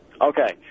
Okay